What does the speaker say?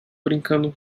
brincando